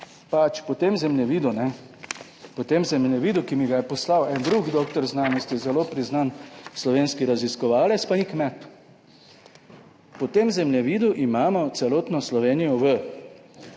po tem zemljevidu, ki mi ga je poslal en drug dr. znanosti, zelo priznan slovenski raziskovalec, pa ni kmet, po tem zemljevidu imamo celotno Slovenijo v